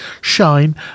Shine